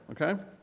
okay